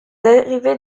dérivé